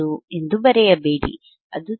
1 ಎಂದು ಬರೆಯಬೇಡಿ ಅದು ತಪ್ಪು